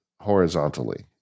horizontally